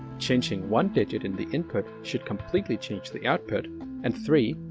changing one digit in the input should completely change the output and three.